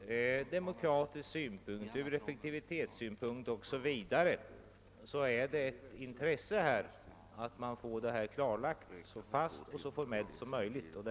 från demokratisk synpunkt, effektivitetssynpunkt och många andra synpunkter av intresse att få kompetensförhållandena klarlagda så formellt som möjligt.